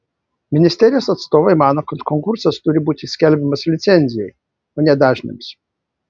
ministerijos atstovai mano kad konkursas turi būti skelbiamas licencijai o ne dažniams